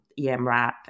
EMRAP